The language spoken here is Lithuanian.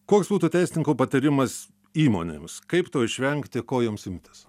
koks būtų teisininko patarimas įmonėms kaip to išvengti ko joms imtis